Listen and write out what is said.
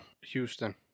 Houston